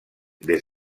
des